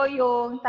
yung